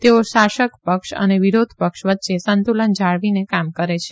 તેઓ શાસક પક્ષ અને વિરોધપક્ષ વચ્ચે સંતુલન જાળવીને કામ કરે છે